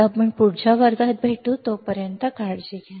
तर मी तुम्हाला पुढच्या वर्गात भेटेन तोपर्यंत तुम्ही काळजी घ्या